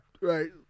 Right